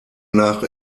nach